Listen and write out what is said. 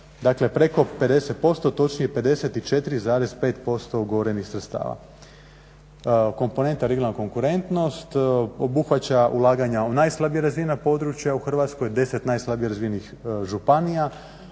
dakle preko 50, točnije 54,5% ugovorenih sredstava. Komponenta Regionalna konkurentnost obuhvaća ulaganja u najslabije razvijena područja u Hrvatskoj, 10 najslabije razvijenih županija,